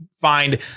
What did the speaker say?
find